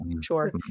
Sure